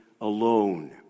alone